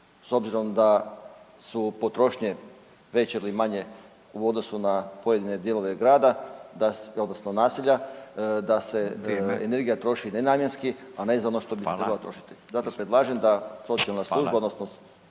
s obzirom da su potrošnje veće ili manje u odnosu na pojedine dijelove grada odnosno naselja da se energija troši nenamjenski, a ne za ono za što bi se trebala trošiti. Zato predlažem da socijalna služba odnosno